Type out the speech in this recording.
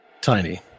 tiny